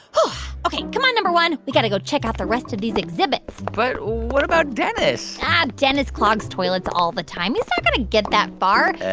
ok, come on, no. one. we've got to go check out the rest of these exhibits but what about dennis? ah, dennis clogs toilets all the time. he's not going to get that far.